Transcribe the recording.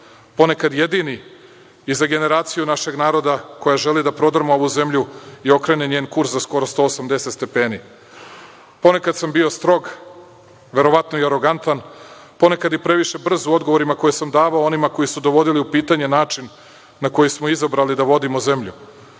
ponekad jedini i za generaciju našeg naroda koja želi da prodrma ovu zemlju i okrene njen kurs za skoro 180 stepeni. Ponekad sam bio strog, verovatno i arogantan, ponekad i previše brz u odgovorima koje sam davao onima koji su dovodili u pitanje način na koji smo izabrali da vodimo zemlju. Znam